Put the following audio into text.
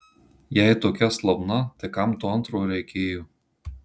jei tokia slabna tai kam to antro reikėjo